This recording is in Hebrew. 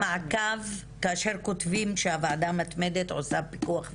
כאשר כותבים שהוועדה המתמדת עושה פיקוח ומעקב,